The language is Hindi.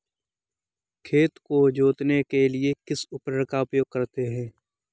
खेत को जोतने के लिए किस उपकरण का उपयोग करते हैं?